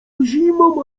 zimą